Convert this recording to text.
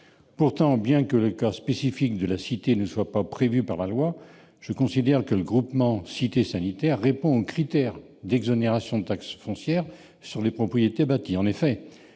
Pourtant, bien que le cas spécifique de la Cité sanitaire ne soit pas prévu par la loi, je considère que le groupement répond aux critères d'exonération de taxe foncière sur les propriétés bâties.